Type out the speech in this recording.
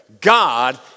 God